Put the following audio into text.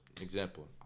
example